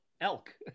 Elk